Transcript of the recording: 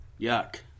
Yuck